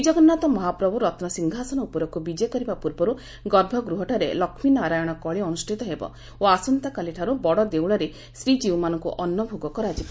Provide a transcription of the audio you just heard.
ଶ୍ରୀକଗନ୍ନାଥ ମହାପ୍ରଭୁ ରନ୍ସିଂହାସନ ଉପରକୁ ବିଜେ କରିବା ପୂର୍ବରୁ ଗଭଭଗୃହ ଠାରେ ଲକ୍ଷୀ ନାରାୟଶ କଳି ଅନୁଷିତ ହେବ ଓ ଆସନ୍ତାକାଲି ଠାରୁ ବଡଦେଉଳରେ ଶ୍ରୀକୀଉମାନଙ୍କୁ ଅନ୍ନଭେଗ କରାଯିବ